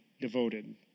devoted